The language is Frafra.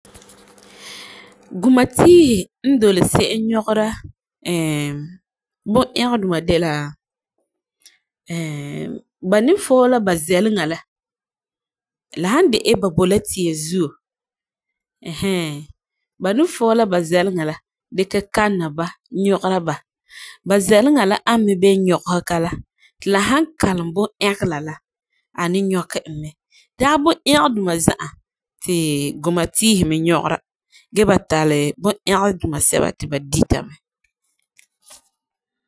Gumatiihi n doli se'em nyɔgera bun-ɛgela duma de la ba ni foo la ba zɛleŋa la, la san de'e ba bo la tia zuo ba ni foo la ba zɛleŋa dikɛ kalena ba nyɔgera ba. Ba zɛleŋa la ani mi bee nyɔhega la ti la san kalam bun-ɛgela la ani nyɔkɛ mɛ. La dagɛ bun-ɛgeduma za'a ti gumatiisi mi nyɔgera gee ba tari bun-ɛgela duma sɛba ti ba dia mɛ.